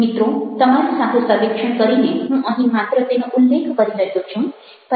મિત્રો તમારી સાથે સર્વેક્ષણ કરીને હું અહીં માત્ર તેનો ઉલ્લેખ કરી રહ્યો છું